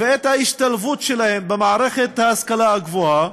ואת ההשתלבות שלהם במערכת ההשכלה הגבוהה